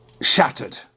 shattered